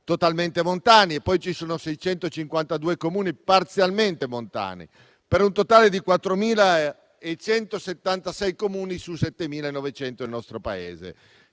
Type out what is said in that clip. totalmente montani, poi ci sono 652 Comuni parzialmente montani, per un totale di 4.176 Comuni sui 7.900 del nostro Paese.